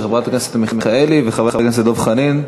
של חברת הכנסת מיכאלי וחבר הכנסת דב חנין.